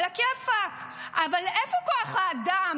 עלא כיפאק, אבל איפה כוח האדם?